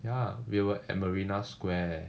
ya we were at marina square